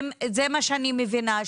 זה מה שאני מבינה,